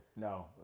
No